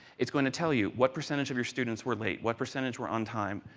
it is going to tell you what percentage of your students were late, what percentage were on time,